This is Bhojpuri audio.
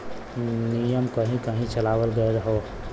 नियम कहीं कही चलावल गएल हौ